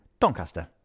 Doncaster